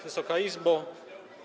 Wysoka Izbo!